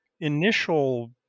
initial